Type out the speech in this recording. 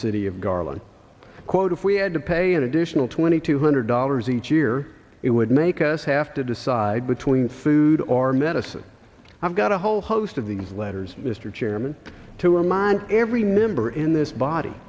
city of garland quote if we had to pay an additional twenty two hundred dollars each year it would make us have to decide between food or medicine i've got a whole host of these letters mr chairman to remind every member in this body